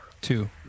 Two